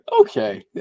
Okay